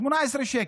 18 שקל.